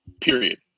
period